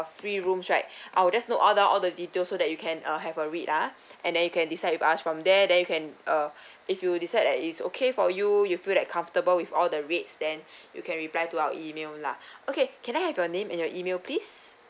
free rooms right I will just note all down all the details so that you can uh have a read ah and then you can decide with us from there then you can uh if you decide that it's okay for you you feel like comfortable with all the rates then you can reply to our email lah okay can I have your name and your email please